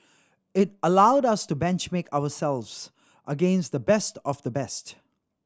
it allowed us to benchmark ourselves against the best of the best